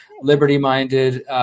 liberty-minded